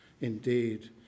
indeed